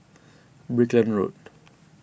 Brickland Road